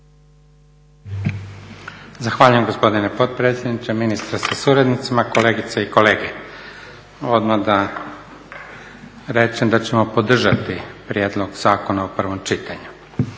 Zahvaljujem gospodine potpredsjedniče. Ministre sa suradnicima, kolegice i kolege. Odmah rečem da ćemo podržati prijedlog zakona u prvom čitanju,